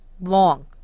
long